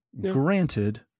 Granted